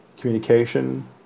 communication